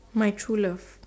my true love